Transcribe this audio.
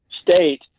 State